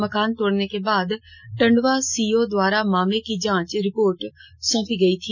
मकान तोड़ने के बाद टंडवा सीओ द्वारा मामले की जांच रिपोर्ट सौंपी गई थी